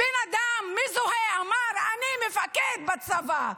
בן אדם מזוהה אמר: אני מפקד בצבא.